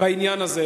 בעניין הזה.